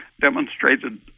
demonstrated